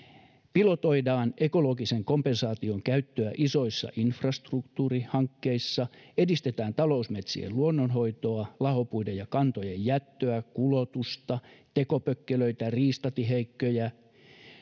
pilotoidaan ekologisen kompensaation käyttöä isoissa infrastruktuurihankkeissa edistetään talousmetsien luonnonhoitoa lahopuiden ja kantojen jättöä kulotusta tekopökkelöitä riistatiheikköjä